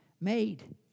made